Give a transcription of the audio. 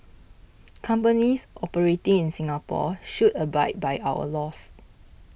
companies operating in Singapore should abide by our laws